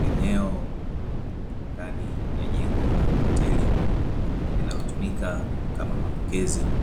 Eneo la ndani ya jengo la hoteli linalotumika kama mapokezi,